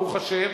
ברוך השם,